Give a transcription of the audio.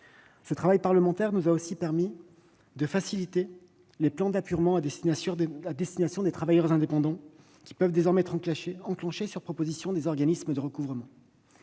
Ce travail parlementaire nous a aussi permis de faciliter les plans d'apurement : les travailleurs indépendants pourront désormais les enclencher sur proposition des organismes de recouvrement.